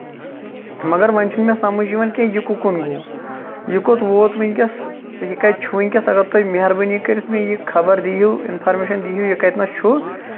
مَگر وۄنۍ چھُنہٕ مےٚ سَمَجھ یِوان کیٚنہہ یہِ کُکُن گوٚو یہِ کوٚت ووٚت وٕنکیٚس یہِ کَتہِ چھُ وٕنکیٚس اَگر تُہۍ مَہربٲنی کٔرِتھ مےٚ یہِ خبر دِیو اِنفارمیشن دِیو یہِ کَتِنیس چھُ